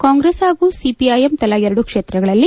ಕಾಂಗ್ರೆಸ್ ಹಾಗೂ ಸಿಪಿಐಎಂ ತಲಾ ಎರಡು ಕ್ಷೇತ್ರಗಳಲ್ಲಿ